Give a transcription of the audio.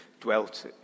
dwelt